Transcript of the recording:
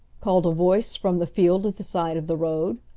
called a voice from the field at the side of the road.